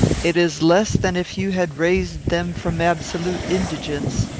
it is less than if you had raised them from absolute indigence,